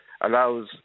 allows